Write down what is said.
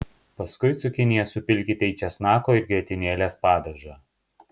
paskui cukinijas supilkite į česnako ir grietinėlės padažą